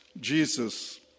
Jesus